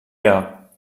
air